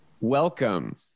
welcome